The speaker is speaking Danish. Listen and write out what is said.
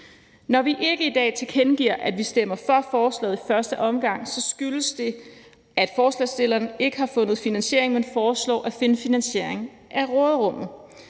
Når vi ikke i dag tilkendegiver, at vi stemmer for forslaget i første omgang, skyldes det, at forslagsstillerne ikke har fundet finansiering, men foreslår at finde finansiering fra råderummet.